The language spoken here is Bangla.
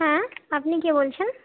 হ্যাঁ আপনি কে বলছেন